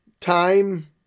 time